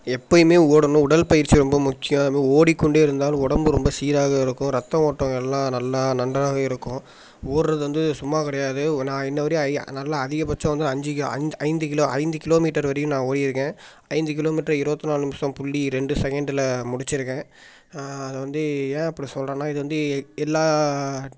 எப்போயுமே ஓடணும் உடற்பயிற்சி ரொம்ப முக்கியம் அது மாதிரி ஓடிக் கொண்டே இருந்தாலும் உடம்பு ரொம்ப சீராக இருக்கும் ரத்தம் ஓட்டம் எல்லாம் நல்லா நன்றாகவே இருக்கும் ஓடுவது வந்து சும்மா கிடையாது நான் இன்ன வரையும் ஐயா நல்லா அதிகப்பட்சம் வந்து அஞ்சி க அஞ் ஐந்து கிலோ ஐந்து கிலோ மீட்டர் வரையும் நான் ஓடியிருக்கேன் ஐந்து கிலோ மீட்டரை இருபத்தி நாலு நிமிஷம் புள்ளி ரெண்டு செகண்டில் முடிச்சுருக்கேன் அது வந்து ஏன் அப்படி சொல்கிறேன்னா இது வந்து எல்லா